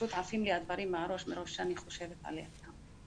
עפים לי הדברים מהראש מרוב שאני חושבת עליה.